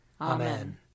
Amen